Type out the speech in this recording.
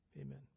amen